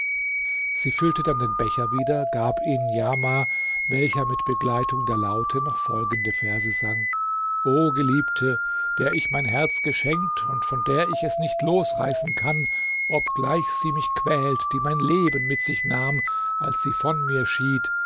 sie füllte dann den becher wieder gab ihn niamah welcher mit begleitung der laute noch folgende verse sang o geliebte der ich mein herz geschenkt und von der ich es nicht losreißen kann obgleich sie mich quält die mein leben mit sich nahm als sie von mir schied